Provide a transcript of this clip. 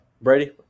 Brady